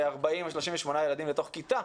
40 או 38 ילדים בתוך כיתה,